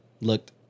looked